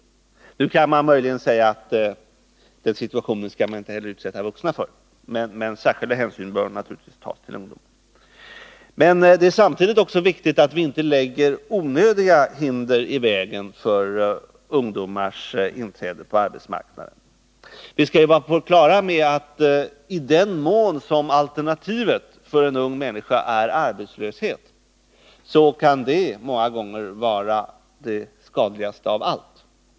Det kan möjligen sägas att man inte heller skall utsätta vuxna för sådana situationer, men särskilda hänsyn bör naturligtvis tas till ungdomar. Samtidigt är det viktigt att inte lägga onödiga hinder i vägen för ungdomarnas inträde på arbetsmarknaden. Vi måste vara på det klara med atti den mån alternativet för en ung människa är arbetslöshet, kan det många gånger vara det skadligaste av allt.